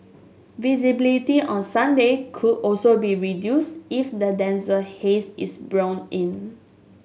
visibility on Sunday could also be reduced if the denser haze is blown in